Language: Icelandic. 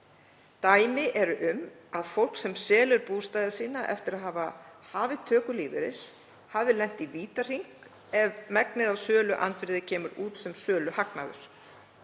Dæmi eru um að fólk sem selur sumarbústaði sína eftir að hafa hafið töku lífeyris hafi lent í vítahring ef megnið af söluandvirði kemur út sem söluhagnaður.